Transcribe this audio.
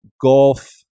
golf